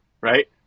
Right